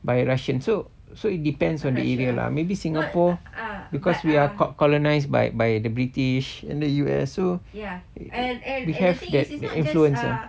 by russian so so it depends on the area lah maybe singapore because we are called colonized by by the british and the U_S so we have that the influence ah